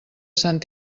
sant